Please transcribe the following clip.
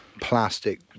plastic